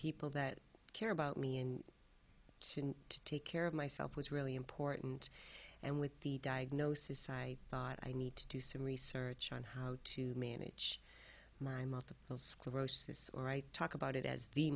people that care about me and to take care of myself was really important and with the diagnosis i thought i need to do some research on how to manage my multiple sclerosis or i talk about it as the